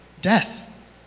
death